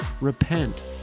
Repent